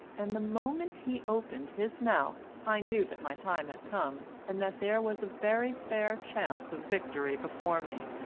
and the moment he opened his mouth i knew that my time had come, and that there was a very fair chance of victory before me.